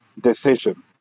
decision